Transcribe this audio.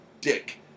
dick